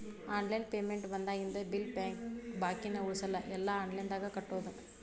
online payment ಬಂದಾಗಿಂದ bill ಬಾಕಿನ ಉಳಸಲ್ಲ ಎಲ್ಲಾ ಆನ್ಲೈನ್ದಾಗ ಕಟ್ಟೋದು